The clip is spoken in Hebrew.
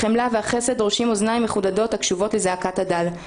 החמלה והחסד דורשים אוזניים מחודדות הקשובות לזעקת הדל,